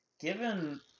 Given